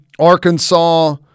Arkansas